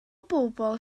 bobl